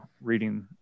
reading